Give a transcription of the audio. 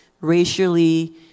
racially